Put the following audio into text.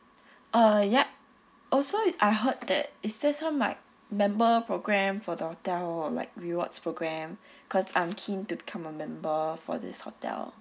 uh yup also I heard that is there something like member program for the hotel or like rewards program because I'm keen to become a member for this hotel